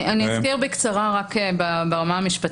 אני אזכיר בקצרה ברמה המשפטית.